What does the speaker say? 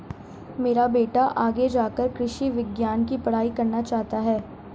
मेरा बेटा आगे जाकर कृषि विज्ञान की पढ़ाई करना चाहता हैं